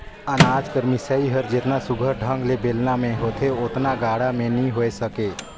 अनाज कर मिसई हर जेतना सुग्घर ढंग ले बेलना मे होथे ओतना गाड़ा मे नी होए सके